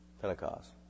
Pentecost